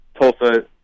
Tulsa